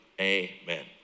amen